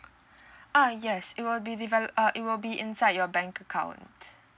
uh yes it will be develo~ uh it will be inside your bank account